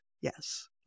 Yes